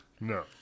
No